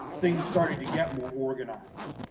things started to get more organized.